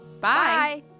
Bye